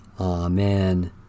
Amen